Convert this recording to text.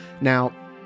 Now